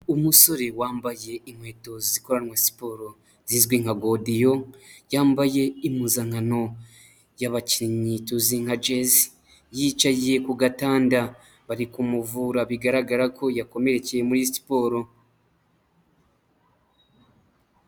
Umusore wambaye inkweto zikoranwa siporo zizwi nka godiyo yambaye impuzankano y'abakinnyi tuzi nka jezi yicaye ku gatanda bari kumuvura bigaragara ko yakomerekeye muri siporo.